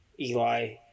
Eli